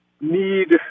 need